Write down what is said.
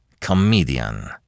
Comedian